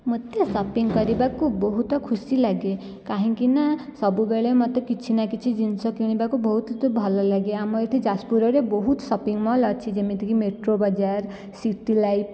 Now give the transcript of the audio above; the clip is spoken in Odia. ମତେ ଶପିଂ କରିବାକୁ ବହୁତ ଖୁସି ଲାଗେ କାହିଁକିନା ସବୁବେଳେ ମୋତେ କିଛି ନା କିଛି ଜିନିଷ କିଣିବାକୁ ବହୁତ ଭଲଲାଗେ ଆମ ଏଇଠି ଯାଜପୁରରେ ବହୁତ ଶପିଂ ମଲ୍ ଅଛି ଯେମିତିକି ମେଟ୍ରୋ ବଜାର ସିଟି ଲାଇଫ୍